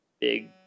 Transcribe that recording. big